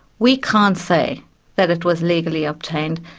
we can't say that it was legally obtained,